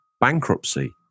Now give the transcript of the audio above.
bankruptcy